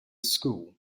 school